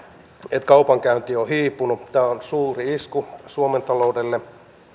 että kaupankäynti on hiipunut tämä on suuri isku suomen taloudelle